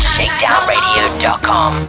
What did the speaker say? Shakedownradio.com